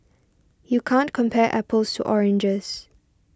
you can't compare apples to oranges